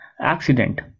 accident